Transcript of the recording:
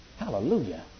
Hallelujah